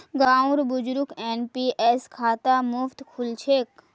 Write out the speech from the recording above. गांउर बुजुर्गक एन.पी.एस खाता मुफ्तत खुल छेक